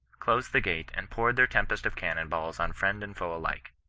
closed the gate and poured their tempest of cannon-balls on friend and foe alike.